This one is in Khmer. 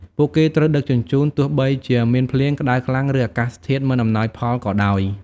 ពួកគេត្រូវដឹកជញ្ជូន ទោះបីជាមានភ្លៀង ក្តៅខ្លាំង ឬអាកាសធាតុមិនអំណោយផលក៏ដោយ។